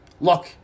look